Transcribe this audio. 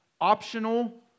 optional